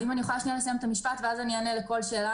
אז אם אני יכולה לסיים את המשפט אני אענה אחר כך לכל שאלה,